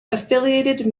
affiliated